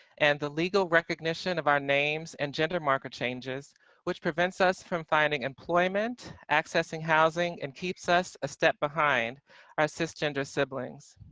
and the legal recognition of our names and our gender marker changes which prevents us from finding employment, accessing housing, and keeps us a step behind our cisgender siblings.